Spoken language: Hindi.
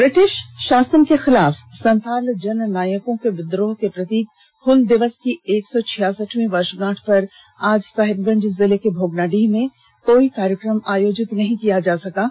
ब्रिटिष शासन के खिलाफ संथाल जननायकों के विद्रोह के प्रतीक हुल दिवस की एक सौ छियासठवीं वर्षगांठ पर आज साहिबगंज जिले के भोगनाडीह में कोई कार्यक्रम आयोजित नहीं किया गया है